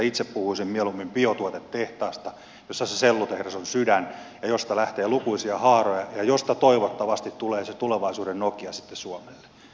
itse puhuisin mieluummin biotuotetehtaasta jossa se sellutehdas on sydän josta lähtee lukuisia haaroja ja niistä toivottavasti tulee se tulevaisuuden nokia sitten suomelle